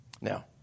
now